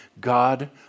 God